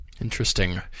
Interesting